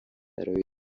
برای